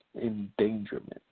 endangerment